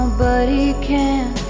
buddy can.